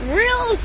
real